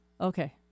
Okay